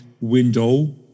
window